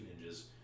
Ninjas